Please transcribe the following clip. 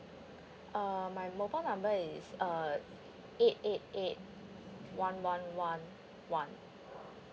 uh my mobile number is uh eight eight eight one one one one